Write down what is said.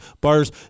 bars